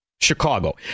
Chicago